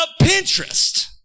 Pinterest